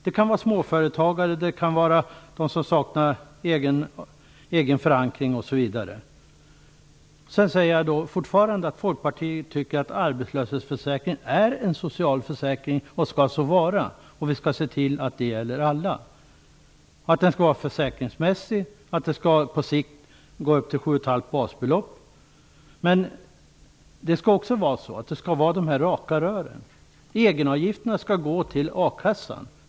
Det kan vara småföretagare, de som saknar egen förankring, osv. Jag hävdar fortfarande att Folkpartiet menar att arbetslöshetsförsäkringen är en social försäkring och skall så vara, och vi skall se till att den gäller alla. Den skall vara försäkringsmässig och på sikt uppgå till 7,5 basbelopp. Men det skall också vara raka rör. Egenavgifterna skall gå till a-kassan.